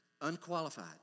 Unqualified